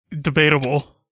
Debatable